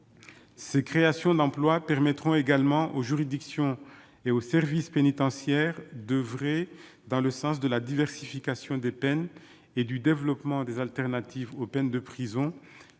Ces créations d'emplois permettront également aux juridictions et au service pénitentiaire d'oeuvrer dans le sens de la diversification des peines et du développement des alternatives aux peines de prison